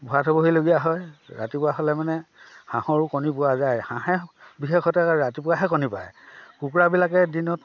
ভৰাই থ'বহিলগীয়া হয় ৰাতিপুৱা হ'লে মানে হাঁহৰো কণী পোৱা যায় হাঁহে বিশেষতে ৰাতিপুৱাহে কণী পাৰে কুকুৰাবিলাকে দিনত